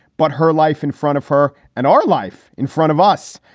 but her life in front of her. and our life in front of us.